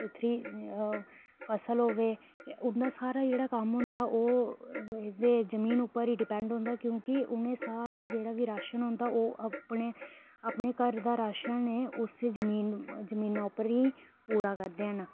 सुथरी फसल होवे उंदा सारा जेह्ड़ा कम्म हुंदा ओह् जमीन उप्पर बी डिपेंड हुंदा क्योंकि उनें सारा जेह्ड़ा बी राशन होंदा ओह् अपने अपने घर दा राशन उस्सै जमीन उप्पर ही पूरा करदे हैन